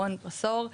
רון פרושאור.